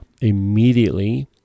immediately